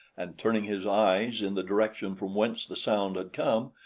and turning his eyes in the direction from whence the sound had come,